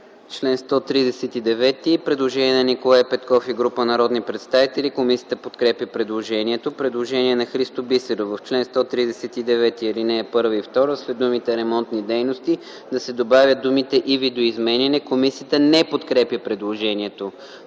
Член 133 – предложение на Николай Петков и група народни представители. Комисията подкрепя предложението. Предложение на Христо Бисеров – в чл. 133, ал. 1 и ал. 2 след думите „ремонтни дейности” да се добавят думите „и видоизменяне”. Комисията не подкрепя предложението.